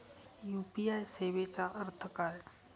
UPI सेवेचा अर्थ काय?